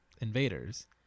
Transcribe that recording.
invaders